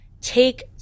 take